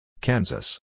Kansas